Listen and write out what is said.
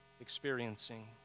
experiencing